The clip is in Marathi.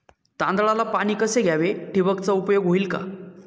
तांदळाला पाणी कसे द्यावे? ठिबकचा उपयोग होईल का?